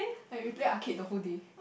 ya we play arcade the whole day